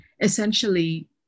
essentially